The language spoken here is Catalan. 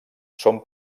són